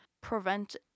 prevent